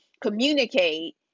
communicate